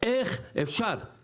אדוני היושב